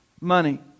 money